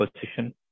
position